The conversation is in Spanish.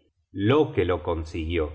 reir loke lo consiguió